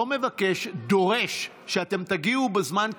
לא מבקש, שאתם תגיעו בזמן,